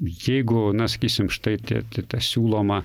jeigu na sakysim štai tie ta siūloma